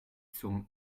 zum